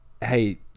hey